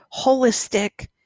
holistic